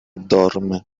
dorme